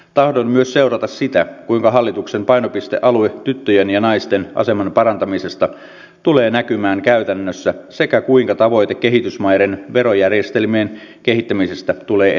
tahdon myös seurata sitä kuinka hallituksen painopistealue tyttöjen ja naisten aseman parantamisesta tulee näkymään käytännössä sekä kuinka tavoite kehitysmaiden verojärjestelmien kehittämisestä tulee etenemään